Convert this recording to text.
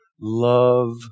love